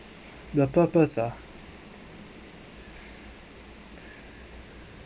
the purpose ah